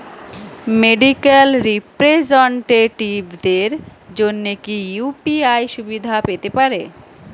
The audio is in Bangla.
মেডিক্যাল রিপ্রেজন্টেটিভদের জন্য কি ইউ.পি.আই সুবিধা পেতে পারে?